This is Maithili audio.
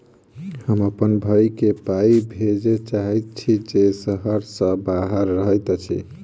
हम अप्पन भयई केँ पाई भेजे चाहइत छि जे सहर सँ बाहर रहइत अछि